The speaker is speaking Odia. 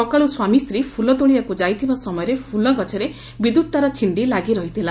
ସକାଳୁ ସ୍ୱାମୀ ସ୍ୱୀ ଫୁଲ ତୋଳିବାକୁ ଯାଇଥିବା ସମୟରେ ଫୁଲଗଛରେ ବିଦ୍ୟୁତ୍ ତାର ଛିଣ୍ଡି ଲାଗି ରହିଥିଲା